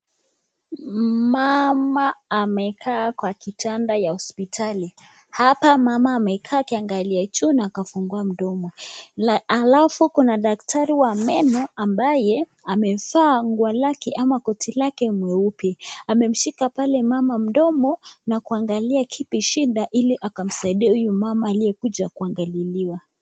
Mama amekaa kwa kitanda ya hospitali ,hapa mama amekaa akiangalia juu na akafungua mdomo na alafu kuna daktari wa meno ambaye amevaa nguo lake ama koti lake nyeupe ,amemshika pale mama mdomo na kuangalia kipi shida ili akamsaidie huyu mama aliyekuja kuangaliliwa.